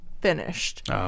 finished